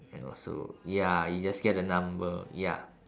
and also ya you just get a number ya